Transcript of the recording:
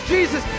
Jesus